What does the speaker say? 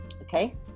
okay